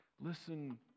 Listen